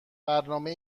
برنامه